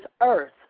earth